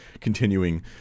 continuing